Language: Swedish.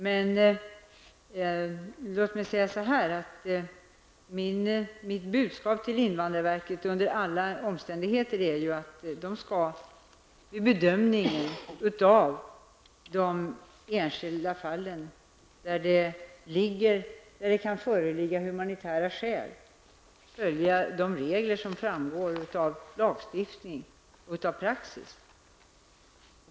Men låt mig säga att mitt budskap till invandrarverket under alla omständigheter är att man där vid bedömningen av de enskilda fall där det kan föreligga humanitära skäl skall följa de regler som framgår av lagstiftning och praxis.